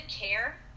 Care